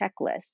checklist